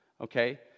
okay